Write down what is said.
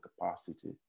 capacity